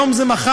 היום זה הם,